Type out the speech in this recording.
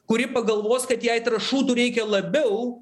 kuri pagalvos kad jai trąšų tų reikia labiau